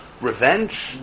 revenge